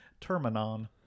Terminon